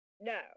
No